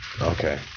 Okay